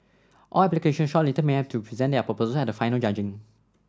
all applications shortlisted may have to present their proposals at the final judging